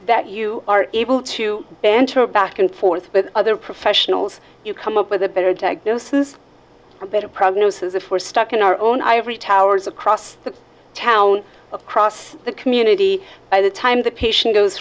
that you are able to banter back and forth but other professionals you come up with a better diagnosis a better prognosis if we're stuck in our own ivory towers across the town across the community by the time the patient goes